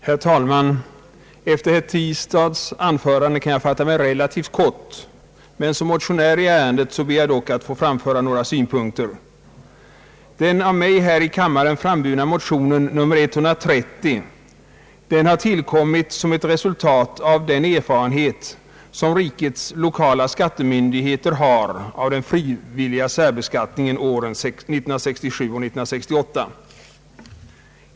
Herr talman! Efter herr Tistads anförande kan jag fatta mig relativt kort. Jag ber dock att i egenskap av motionär i ärendet få framföra några synpunkter. Den av mig ingivna motionen I: 130 har tillkommit som ett resultat av den erfarenhet rikets lokala skattemyndigheter vunnit av den frivilliga särbeskattningen åren 1967 och 1968.